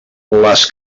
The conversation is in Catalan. les